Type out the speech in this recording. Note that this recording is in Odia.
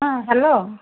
ହଁ ହ୍ୟାଲୋ